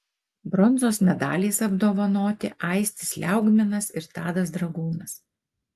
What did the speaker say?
bronzos medaliais apdovanoti aistis liaugminas ir tadas dragūnas